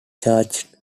charged